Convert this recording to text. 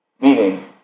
meaning